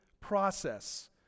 process